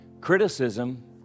Criticism